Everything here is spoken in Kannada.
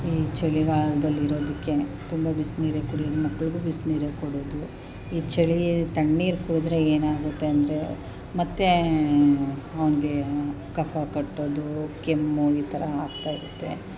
ಈ ಚಳಿಗಾಲದಲ್ಲಿ ಇರೋದಕ್ಕೆನೇ ತುಂಬ ಬಿಸಿನೀರೆ ಕುಡಿಯೋದು ಮಕ್ಳಿಗೂ ಬಿಸಿನೀರೆ ಕೊಡೋದು ಈ ಚಳಿ ತಣ್ಣೀರು ಕುಡಿದರೆ ಏನಾಗುತ್ತೆ ಅಂದರೆ ಮತ್ತೆ ಅವ್ನಿಗೆ ಕಫ ಕಟ್ಟೋದು ಕೆಮ್ಮು ಈ ಥರ ಆಗ್ತಾಯಿರುತ್ತೆ